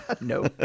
No